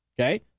Okay